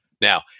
now